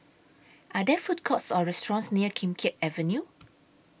Are There Food Courts Or restaurants near Kim Keat Avenue